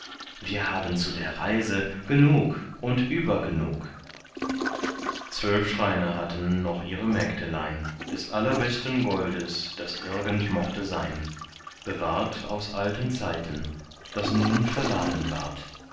wir haben zu der reise genug und übergenug zwölf schreine hatten noch ihre mägdelein des allerbesten goldes das irgend mochte sein bewahrt aus alten zeiten das nun verladen ward